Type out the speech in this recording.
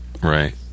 Right